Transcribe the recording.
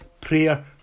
prayer